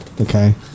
okay